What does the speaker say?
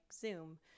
Zoom